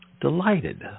delighted